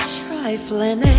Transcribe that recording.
trifling